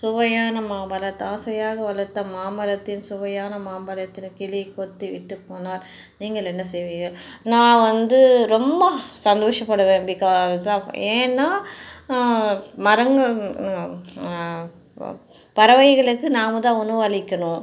சுவையான மாமரம் ஆசையாக வளர்த்த மாமரத்தின் சுவையான மாம்பழத்தில் கிளி கொத்திவிட்டு போனால் நீங்கள் என்ன செய்வீர்கள் நான் வந்து ரொம்ப சந்தோஷப்படுவேன் பிகாஸ் ஆஃப் ஏன்னால் மரங்கள் பறவைகளுக்கு நாம தான் உணவு அளிக்கணும்